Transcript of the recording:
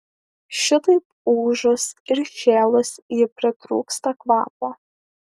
šitaip ūžus ir šėlus ji pritrūksta kvapo